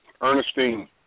Ernestine